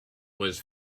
was